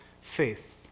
faith